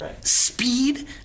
speed